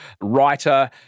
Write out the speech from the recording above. writer